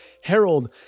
Harold